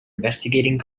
investigating